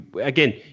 Again